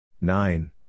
nine